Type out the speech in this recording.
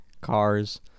cars